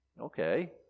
okay